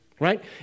right